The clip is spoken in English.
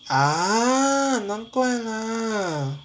ah 难怪 lah